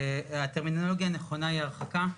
הטרמינולוגיה הנכונה היא הרחקה,